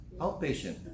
Outpatient